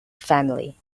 family